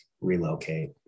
relocate